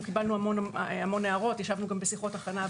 אנחנו קיבלנו המון הערות וגם ישבנו בשיחות הכנה,